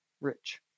rich